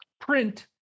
print